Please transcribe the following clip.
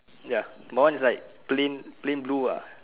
ya my [one] is like plain plain blue ah